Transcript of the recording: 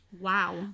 Wow